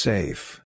Safe